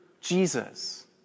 Jesus